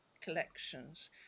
collections